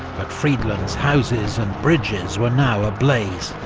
but friedland's houses and bridges were now ablaze.